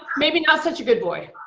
maybe not such a good boy.